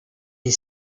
est